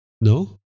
No